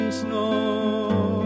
snow